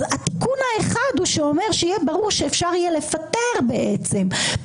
אז תיקון אחד אומר שיהיה ברור שאפשר יהיה לפטר פקידים,